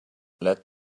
let